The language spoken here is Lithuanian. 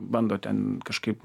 bando ten kažkaip